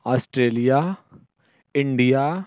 Australia India